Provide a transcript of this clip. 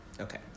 Okay